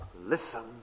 Listen